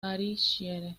ayrshire